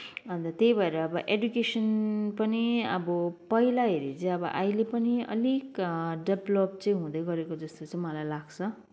अन्त त्यही भएर अब एडुकेसन पनि अब पहिला हेरी चाहिँ अब अहिले पनि अलिक डेभ्लप चाहिँ हुँदैगरेको जस्तो चाहिँ मलाई लाग्छ